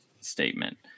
statement